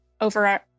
over